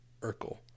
Urkel